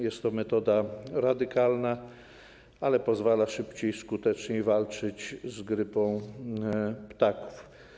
Jest to metoda radykalna, ale pozwala szybciej i skuteczniej walczyć z grypą ptaków.